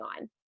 on